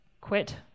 quit